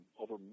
over